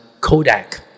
Kodak